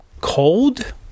Cold